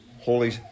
Holy